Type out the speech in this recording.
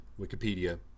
Wikipedia